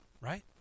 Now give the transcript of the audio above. right